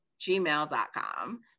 gmail.com